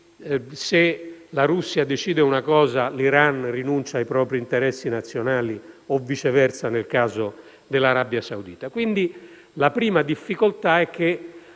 se la Russia decide una cosa, l'Iran rinuncia ai propri interessi nazionali o viceversa nel caso dell'Arabia Saudita. Quindi, la prima difficoltà è una